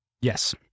Yes